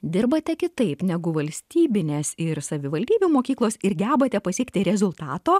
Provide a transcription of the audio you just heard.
dirbate kitaip negu valstybinės ir savivaldybių mokyklos ir gebate pasiekti rezultato